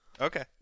Okay